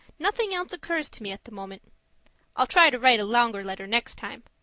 nothing else occurs to me at the moment i'll try to write a longer letter next time.